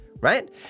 right